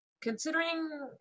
Considering